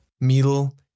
middle